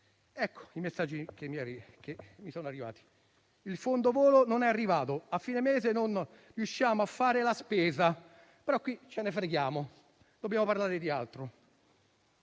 Ecco, i messaggi che mi sono arrivati: «Il fondo volo non è arrivato; a fine mese non riusciamo a fare la spesa. Però qui ce ne freghiamo, dobbiamo parlare di altro,